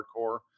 hardcore